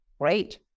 Great